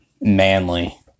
manly